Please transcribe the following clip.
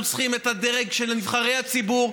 אנחנו צריכים את הדרג של נבחרי הציבור,